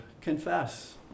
confess